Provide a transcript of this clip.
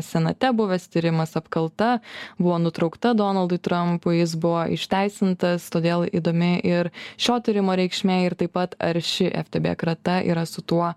senate buvęs tyrimas apkalta buvo nutraukta donaldui trampui jis buvo išteisintas todėl įdomi ir šio tyrimo reikšmė ir taip pat ar ši ftb krata yra su tuo